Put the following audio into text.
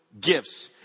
gifts